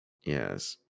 Yes